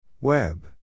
Web